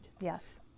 Yes